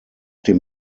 dem